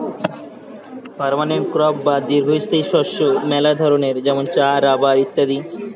permanent crop বা দীর্ঘস্থায়ী শস্য মেলা ধরণের যেমন চা, রাবার ইত্যাদি